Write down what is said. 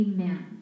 Amen